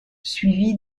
suivi